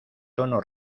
tono